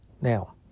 Now